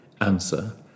answer